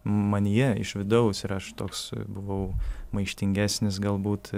manyje iš vidaus ir aš toks buvau maištingesnis galbūt